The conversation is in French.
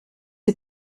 est